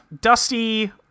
Dusty